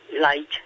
light